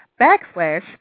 backslash